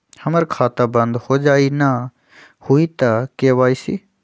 हमर खाता बंद होजाई न हुई त के.वाई.सी?